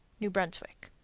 new brunswick.